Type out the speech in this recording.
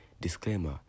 Disclaimer